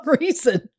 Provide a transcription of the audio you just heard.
reason